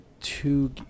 two